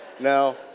Now